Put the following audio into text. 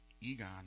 Egon